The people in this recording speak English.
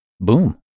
Boom